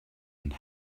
and